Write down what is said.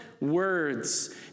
words